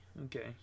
Okay